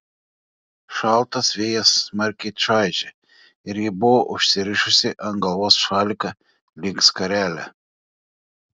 šaltas vėjas smarkiai čaižė ir ji buvo užsirišusi ant galvos šaliką lyg skarelę